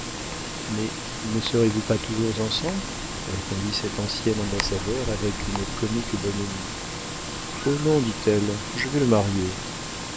mais ne serez-vous pas toujours ensemble répondit cet ancien ambassadeur avec une comique bonhomie oh non dit-elle je vais le marier